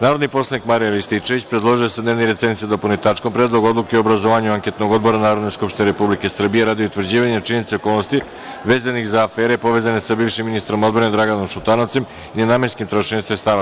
Narodni poslanik Marijan Rističević predložio je da se dnevni red sednice dopuni tačkom – Predlog odluke o obrazovanju anketnog odbora Narodne skupštine Republike Srbije radi utvrđivanja činjenica i okolnosti vezanih za afere povezane sa bivšim ministrom odbrane Draganom Šutanovcem i nenamenskim trošenjem sredstava.